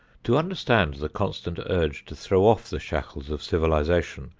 to understand the constant urge to throw off the shackles of civilization,